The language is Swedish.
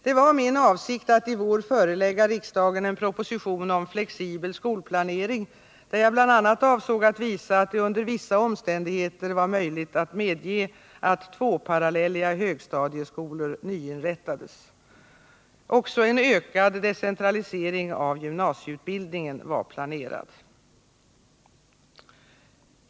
Det var min avsikt att i vår förelägga riksdagen en proposition om flexibel skolplanering, där jag bl.a. avsåg att visa att det under vissa omständigheter var möjligt att medge att tvåparallelliga högstadieskolor nyinrättades. Även en ökad decentralisering av gymnasieutbildningen var planerad.